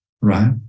right